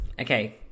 Okay